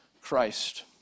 Christ